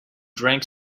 drank